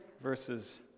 verses